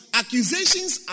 accusations